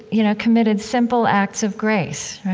you know, committed simple acts of grace,